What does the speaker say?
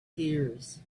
tears